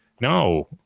No